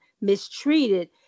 mistreated